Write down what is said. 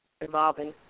involving